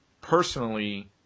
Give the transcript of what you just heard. personally